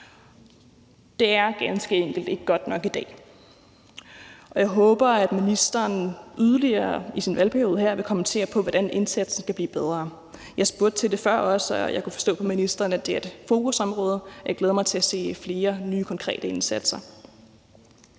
Det er ganske enkelt ikke godt nok i dag, og jeg håber, at ministeren yderligere i sin valgperiode her vil kommentere på, hvordan indsatsen skal blive bedre. Jeg spurgte også til det før, og jeg kunne forstå på ministeren, at det er et fokusområde, og jeg glæder mig til at se flere nye konkrete indsatser.